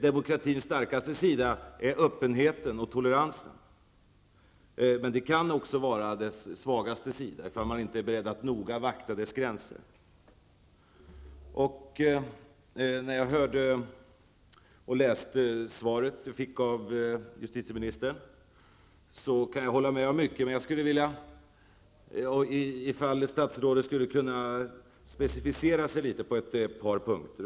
Demokratins starkaste sida är öppenheten och toleransen, som också kan vara dess svagaste sida, i fall man inte är beredd att noga vakta demokratins gränser. När jag hörde och läste justitieministerns svar är det mycket som jag kan hålla med om. Men jag skulle vilja ha en specificering av justitieministern på några punkter.